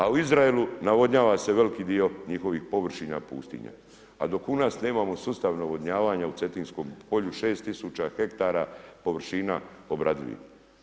A u Izraelu navodnjava se veliki dio njihovih površina i pustinja a dok u nas nemamo sustav navodnjavanja u cetinskom polju, 6000 ha površina obradivih.